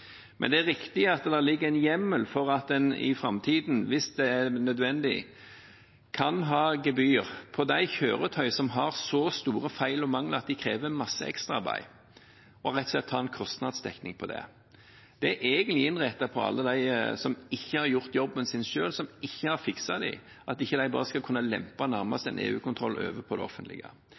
Men det er riktig at det ligger en hjemmel for at en i framtiden, hvis det er nødvendig, kan ha gebyr på de kjøretøyene som har så store feil og mangler at de krever masse ekstraarbeid, og rett og slett ha en kostnadsdekning på det. Det er egentlig innrettet mot alle dem som ikke har gjort jobben selv, som ikke har fikset kjøretøyene, de skal ikke bare nærmest kunne lempe en EU-kontroll over på det offentlige.